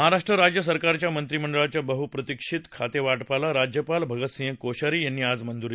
महाराष्ट्र राज्य सरकारच्या मंत्रीमंडाळाच्या बहुप्रतिक्षित खातेवाटपाला राज्यपाल भगतसिंग कोश्यारी यांनी आज मंजूरी दिली